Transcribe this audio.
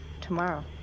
Tomorrow